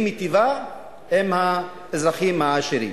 והיא מיטיבה עם האזרחים העשירים.